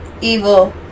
Evil